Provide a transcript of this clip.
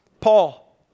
Paul